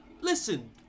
Listen